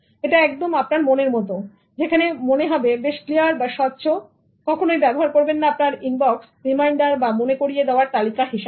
এটা একদম আপনার মনের মতন যেখানে মনে হবে বেশ ক্লিয়ার বা স্বচ্ছ কখনোই ব্যবহার করবেন না আপনার ইনবক্স রিমাইন্ডার বা মনে করিয়ে দেওয়ার তালিকা হিসাবে